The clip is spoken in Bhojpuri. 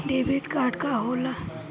डेबिट कार्ड का होला?